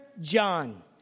John